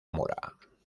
mora